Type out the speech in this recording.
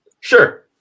Sure